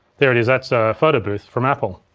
there it is, that's photo booth from apple